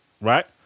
right